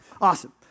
awesome